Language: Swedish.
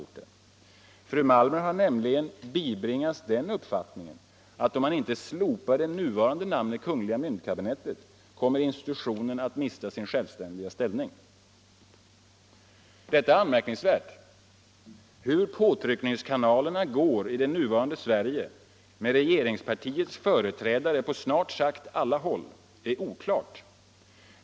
Fru Malmer har nämligen bibringats den uppfattningen att om man inte slopar det nuvarande namnet Kungl. Myntkabinettet kommer institutionen att mista sin självständiga ställning. Detta är anmärkningsvärt. Hur påtryckningskanalerna går i det nuvarande Sverige med regeringspartiets företrädare på snart sagt alla håll är oklart.